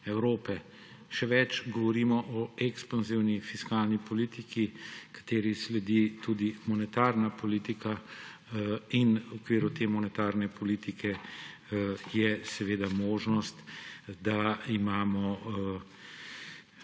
Evrope. Še več, govorimo o ekspanzivni fiskalni politiki, ki ji sledi tudi monetarna politika. V okviru te monetarne politike so seveda možnosti za